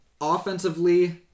offensively